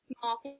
small